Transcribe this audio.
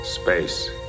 space